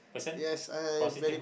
yes I am very